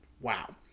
wow